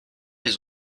les